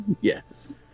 yes